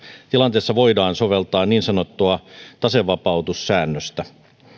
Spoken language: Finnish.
tilanteessa voidaan soveltaa niin sanottua tasevapautussäännöstä